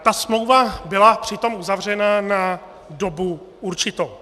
Ta smlouva byla přitom uzavřena na dobu určitou.